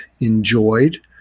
enjoyed